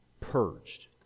purged